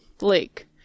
lake